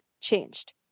changed